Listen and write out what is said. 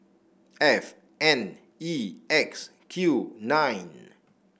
F N E X Q nine